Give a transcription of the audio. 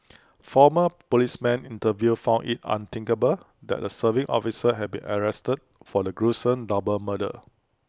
former policemen interviewed found IT unthinkable that A serving officer had been arrested for the gruesome double murder